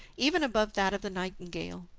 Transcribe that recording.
even above that of the nightingale.